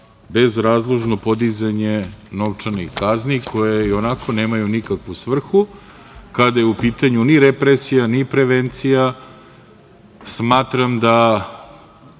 bezrazložno podizanje novčanih kazni koje i onako nemaju nikakvu svrhu, kada je u pitanju ni represija, ni prevencija. Smatram da